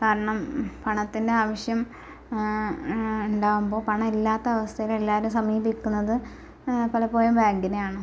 കാരണം പണത്തിന്റെ ആവശ്യം ഉണ്ടാകുമ്പോൾ പണം ഇല്ലാത്ത അവസ്ഥയിൽ എല്ലാവരും സമീപിക്കുന്നത് പലപ്പോഴും ബാങ്കിനെ ആണ്